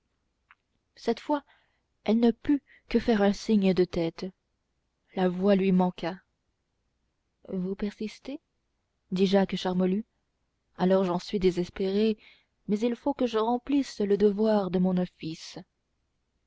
cette fois elle ne put que faire un signe de tête la voix lui manqua vous persistez dit jacques charmolue alors j'en suis désespéré mais il faut que je remplisse le devoir de mon office